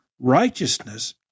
righteousness